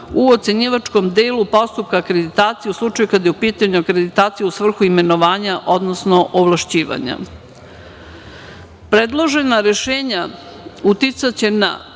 u ocenjivačkom delu postupka akreditacije u slučaju kada je u pitanju akreditacija u svrhu imenovanja, odnosno ovlašćivanja. Predložena rešenja uticaće na